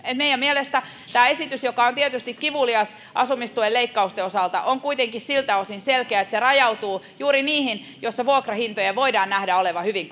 meidän mielestämme tämä esitys joka on tietysti kivulias asumistuen leikkausten osalta on kuitenkin siltä osin selkeä että se rajautuu juuri niihin asuntoihin joissa vuokrahintojen voidaan nähdä olevan hyvin